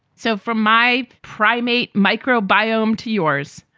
so from my primate microbiome to yours.